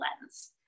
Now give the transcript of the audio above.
lens